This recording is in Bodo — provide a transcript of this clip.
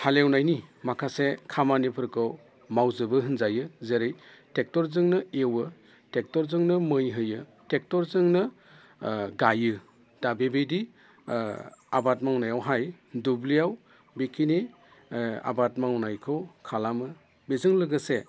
हालेवनायनि माखासे खामानिफोरखौ मावजोबो होनजायो जेरै ट्रेक्टरजोंनो एवो ट्रेेक्टरजोंनो मै होयो ट्रेक्टरजोंनो गायो दा बेबायदि आबाद मावनायावहाय दुब्लियाव बेखिनि आबाद मावनायखौ खालामो बेजों लोगोसे